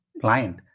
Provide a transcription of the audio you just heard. client